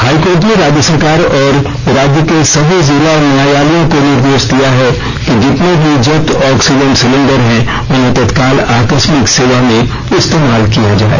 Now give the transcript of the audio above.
high court ने राज्य सरकार और राज्य के सभी जिला न्यायालयों को निर्देश दिया है कि जितने भी जब्त ऑक्सीजन सिलेंडर हैं उन्हें तत्काल आकस्मिक सेवा में इस्तेमाल किया जाय